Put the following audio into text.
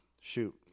shoot